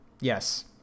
yes